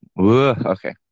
okay